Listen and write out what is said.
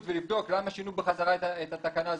ולבדוק למה שינו בחזרה את התקנה הזאת,